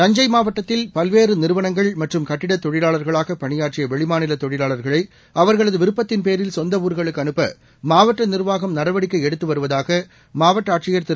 தஞ்சை மாவட்டத்தில் பல்வேறு நிறுவனங்கள் மற்றும் கட்டிடத் தொழிலாளர்களாக பணியாற்றிய வெளிமாநில தொழிலாளா்களை அவா்களது விருப்த்தின் பேரில் சொந்த ஊா்களுக்கு அனுப்ப மாவட்ட நிர்வாகம் நடவடிக்கை எடுத்து வருவதாக மாவட்ட ஆட்சியர் திரு